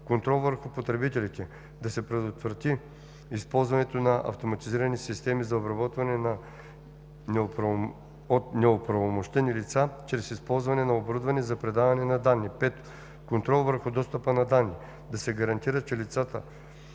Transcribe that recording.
контрол върху потребителите – да се предотврати използването на автоматизирани системи за обработване от неоправомощени лица чрез използване на оборудване за предаване на данни; 5. контрол върху достъпа до данни – да се гарантира, че лицата,